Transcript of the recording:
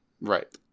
Right